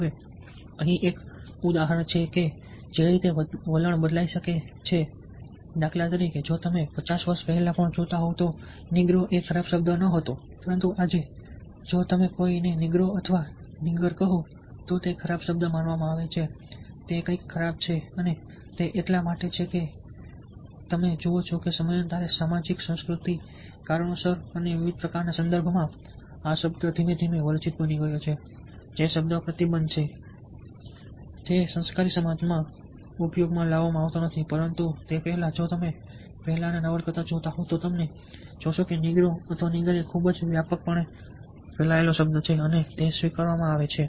હવે અહીં એક ઉદાહરણ છે કે જે રીતે વલણ બદલાઈ શકે છે દાખલા તરીકે જો તમે 50 વર્ષ પહેલાં પણ જોતા હોવ તો નિગ્રો એ ખરાબ શબ્દ ન હતો પરંતુ આજે જો તમે કોઈને નેગ્રો અથવા નિગર કહો તો તે ખરાબ શબ્દ માનવામાં આવે છે તે કંઈક ખરાબ છે અને તે એટલા માટે છે કારણ કે તમે જુઓ છો કે સમયાંતરે સામાજિક સાંસ્કૃતિક કારણોસર અને વિવિધ પ્રકારના સંદર્ભમાં આ શબ્દ ધીમે ધીમે વર્જિત શબ્દ બની ગયો છે શબ્દ જે પ્રતિબંધિત છે જે સંસ્કારી સમાજમાં ઉપયોગમાં લેવાતો નથી પરંતુ તે પહેલા જો તમે તે પહેલા નવલકથાઓ જોતા હોવ તો તમે જોશો કે નેગ્રો અથવા નિગર એ ખૂબ જ વ્યાપકપણે ફેલાયેલા શબ્દો છે અને તે સ્વીકારવામાં આવે છે